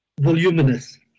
voluminous